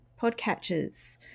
Podcatchers